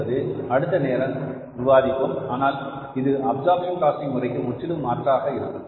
என்பது அடுத்த நேரம் விவாதிப்போம் ஆனால் இது ஒரு அப்சர்ப்ஷன் காஸ்டிங் முறைக்கு முற்றிலும் மாற்றாக இருக்கும்